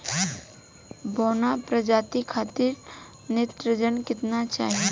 बौना प्रजाति खातिर नेत्रजन केतना चाही?